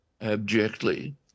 abjectly